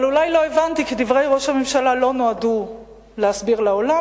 אבל אולי לא הבנתי כי דברי ראש הממשלה לא נועדו להסביר לעולם,